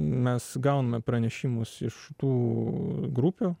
mes gauname pranešimus iš tų grupių